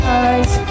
eyes